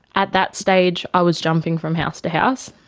at that stage i was jumping from house to house,